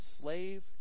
slave